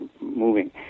moving